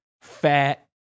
fat